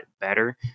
better